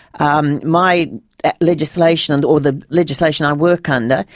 um my legislation, and or the legislation i work under,